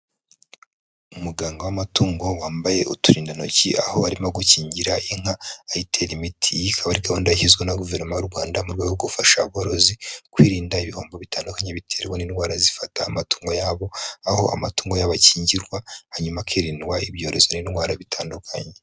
Umuganga w'amatungo wambaye uturindantoki aho arimo gukingira inka ayitera imiti. Iyi ikaba ari gahunda ishyizweho na guverinoma y'u Rwanda mu rwego rwo gufasha aborozi kwirinda ibihombo bitandukanye biterwa n'indwara zifata amatungo yabo, aho amatungo yabo abakingirwa hanyuma hakirindwa ibyorezo n'indwara bitandukanye.